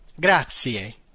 Grazie